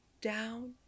down